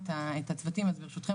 את ד"ר זאב פלדמן,